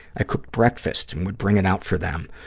i cooked breakfast and would bring it out for them,